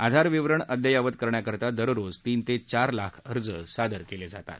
आधार विवरण अद्ययावत करण्याकरता दररोज तीन ते चार लाख अर्ज सादर केले जातात